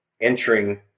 entering